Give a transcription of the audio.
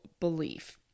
Belief